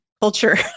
culture